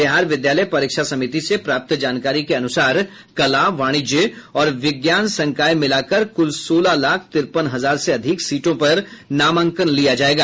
बिहार विद्यालय परीक्षा समिति से प्राप्त जानकारी के अनुसार कला वाणिज्य और विज्ञान संकाय मिलाकर कुल सोलह लाख तिरपन हजार से अधिक सीटों पर नामांकन लिया जायेगा